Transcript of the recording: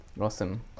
Awesome